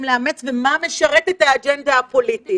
לאמץ ומה משרת את האג'נדה הפוליטית.